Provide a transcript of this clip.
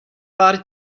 pár